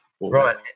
Right